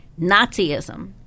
Nazism